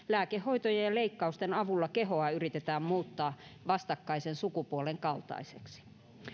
lääkehoitojen ja leikkausten avulla kehoa yritetään muuttaa vastakkaisen sukupuolen kaltaiseksi